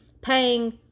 paying